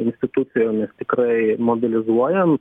institucijomis tikrai mobilizuojam